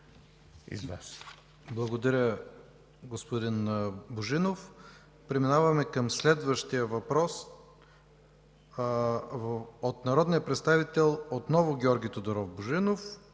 Благодаря, господин Божинов. Преминаваме към следващия въпрос – отново от народния представител Георги Тодоров Божинов,